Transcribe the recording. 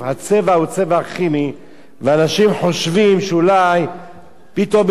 ואנשים חושבים שאולי פתאום יש פפריקה כל כך אדומה,